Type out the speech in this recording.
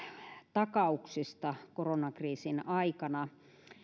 takauksista koronakriisin aikana